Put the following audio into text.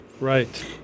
Right